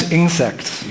insects